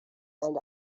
and